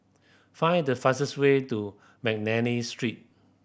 find the fastest way to McNally Street